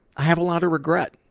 i have a lot of regret